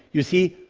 you see,